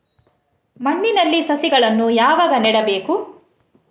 ಮಣ್ಣಿನಲ್ಲಿ ಸಸಿಗಳನ್ನು ಯಾವಾಗ ನೆಡಬೇಕು?